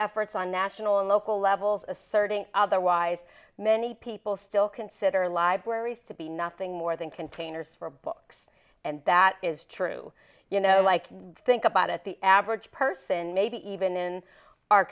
efforts on national and local levels asserting otherwise many people still consider libraries to be nothing more than containers for books and that is true you know like think about it the average person maybe even in our